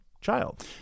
child